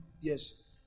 yes